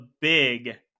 big